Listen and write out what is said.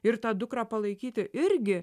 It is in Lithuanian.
ir tą dukrą palaikyti irgi